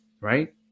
right